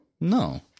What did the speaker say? No